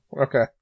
Okay